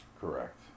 Correct